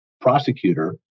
prosecutor